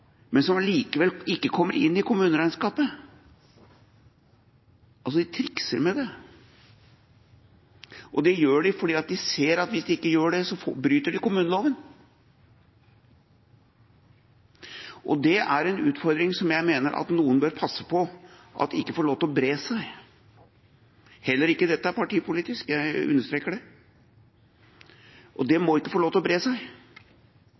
men som allikevel ikke kommer inn i kommuneregnskapet – de trikser altså med det. Det gjør de fordi de ser at hvis de ikke gjør det, bryter de kommuneloven. Det er en utfordring som jeg mener at noen bør passe på at ikke får lov til å bre seg. Heller ikke dette er partipolitisk – jeg understreker det. Dette må ikke få lov til å bre seg,